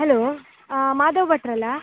hello Madhava ಭಟ್ರು ಅಲ್ವ